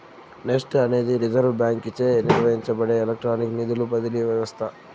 NEFT అనేది reserve బాంకీచే నిర్వహించబడే ఎలక్ట్రానిక్ నిధుల బదిలీ వ్యవస్త